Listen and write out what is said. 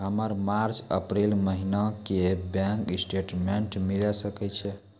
हमर मार्च अप्रैल महीना के बैंक स्टेटमेंट मिले सकय छै?